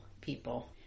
people